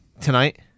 tonight